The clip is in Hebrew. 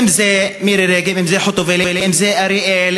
אם מירי רגב, אם חוטובלי, אם אריאל,